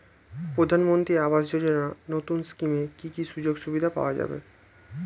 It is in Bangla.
প্রধানমন্ত্রী আবাস যোজনা নতুন স্কিমে কি কি সুযোগ সুবিধা পাওয়া যাবে?